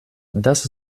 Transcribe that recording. das